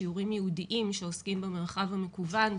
שיעורים ייעודיים שעוסקים במרחב המקוון,